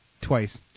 twice